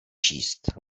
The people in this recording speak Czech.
číst